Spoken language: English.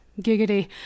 Giggity